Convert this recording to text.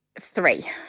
Three